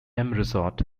resort